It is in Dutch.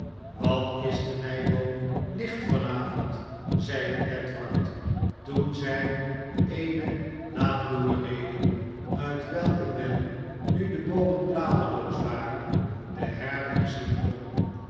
wat is de meiboom licht van avond zeide edward toen zij eene laan doorreden uit welke men nu de boomen bladerloos waren de herberg zien kon